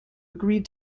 agreed